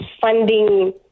funding